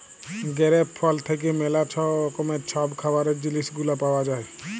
grape ফল থ্যাইকে ম্যালা রকমের ছব খাবারের জিলিস গুলা পাউয়া যায়